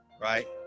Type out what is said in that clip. right